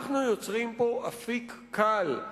אנחנו יוצרים פה אפיק קל,